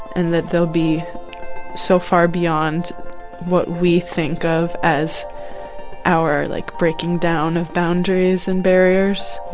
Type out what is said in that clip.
and that they'll be so far beyond what we think of as our, like, breaking down of boundaries and barriers.